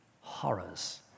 Horrors